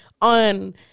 on